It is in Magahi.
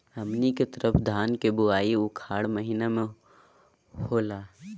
हमनी के तरफ धान के बुवाई उखाड़ महीना में होला